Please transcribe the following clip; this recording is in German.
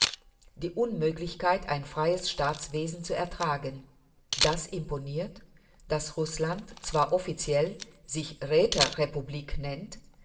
die unmöglichkeit ein freies staatswesen zu ertragen das imponiert daß rußland zwar offiziell sich räterepublik nennt